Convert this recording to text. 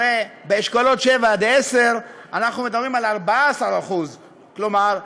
הרי באשכולות 7 10 אנחנו מדברים על 14%. כלומר,